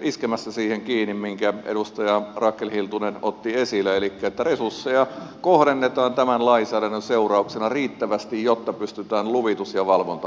iskemässä siihen kiinni minkä edustaja rakel hiltunen otti esille että resursseja kohdennetaan tämän lainsäädännön seurauksena riittävästi jotta pystytään luvitus ja valvonta hoitamaan